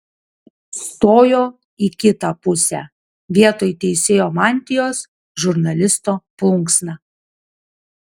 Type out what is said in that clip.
stojo į kitą pusę vietoj teisėjo mantijos žurnalisto plunksna